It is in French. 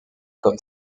comme